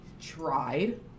tried